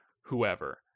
whoever